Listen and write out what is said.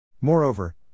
Moreover